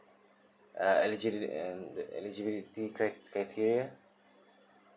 uh eligi~ eligibility cri~ criteria